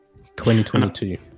2022